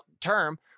term